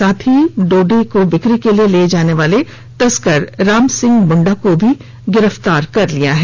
साथ ही डोडा को बिक्री करने के लिए ले जाने वाले तस्कर राम सिंह मुंडा को भी गिरफ्तार किया है